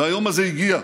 והיום הזה הגיע.